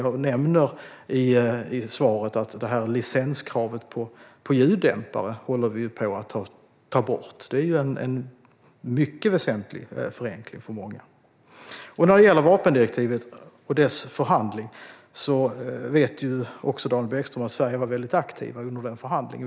Jag nämnde i svaret att vi håller på att ta bort licenskravet på ljuddämpare, vilket innebär en mycket väsentlig förenkling för många. När det gäller vapendirektivet och dess förhandling vet ju även Daniel Bäckström att Sverige var väldigt aktivt under förhandlingen.